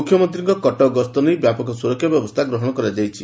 ମୁଖ୍ୟମନ୍ତୀକ୍କ କଟକ ଗସ୍ତ ନେଇ ବ୍ୟାପକ ସୁରକ୍ଷା ବ୍ୟବସ୍କା ଗ୍ରହଶ କରାଯାଇଛି